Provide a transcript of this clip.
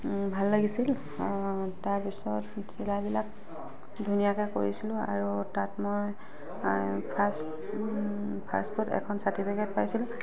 ভাল লাগিছিল তাৰপিছত চিলাই বিলাক ধুনীয়াকৈ কৰিছিলো আৰু তাত মোৰ ফাৰ্ষ্ট ফাৰ্ষ্টত এখন চাৰ্টিফিকে'ট পাইছিলো